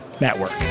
Network